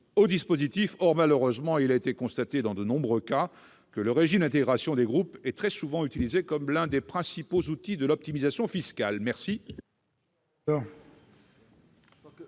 au dispositif. Or, malheureusement, il a été constaté dans de nombreux cas que le régime d'intégration des groupes est très souvent utilisé comme l'un des principaux outils de l'optimisation fiscale. Quel